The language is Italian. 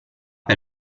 per